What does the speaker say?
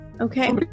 Okay